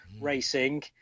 Racing